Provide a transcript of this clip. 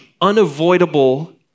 unavoidable